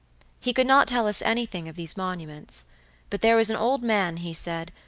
he could not tell us anything of these monuments but there was an old man, he said,